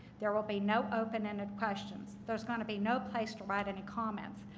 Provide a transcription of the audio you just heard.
there will be no open-ended questions. there's going to be no place to write any comments.